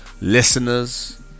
Listeners